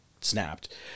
snapped